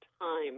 time